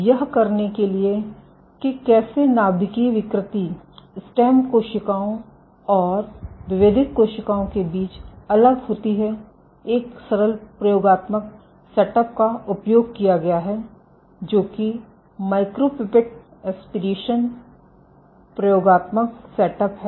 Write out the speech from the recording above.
इसलिए यह करने के लिए कि कैसे नाभिकीय विकृति स्टेम कोशिकाओं और विभेदित कोशिकाओं के बीच अलग होती है एक सरल प्रयोगात्मक सेटअप का उपयोग किया गया है जो कि माइक्रोपिपेट एस्पिरेशन प्रयोगात्मक सेटअप है